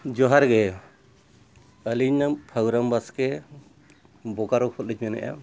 ᱡᱚᱦᱟᱨ ᱜᱮ ᱟᱹᱞᱤᱧ ᱯᱷᱟᱹᱜᱩᱨᱟᱢ ᱵᱟᱥᱠᱮ ᱵᱚᱠᱟᱨᱳ ᱠᱷᱚᱱᱞᱤᱧ ᱢᱮᱱᱮᱜᱼᱟ